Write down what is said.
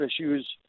issues